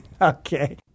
Okay